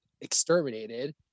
exterminated